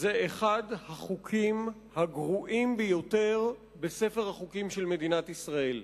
זה אחד החוקים הגרועים ביותר בספר החוקים של מדינת ישראל.